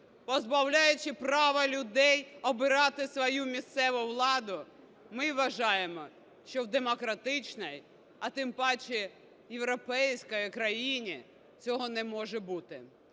позбавляючи права людей обирати свою місцеву владу, ми вважаємо, що в демократичній, а тим паче європейській країні цього не може бути.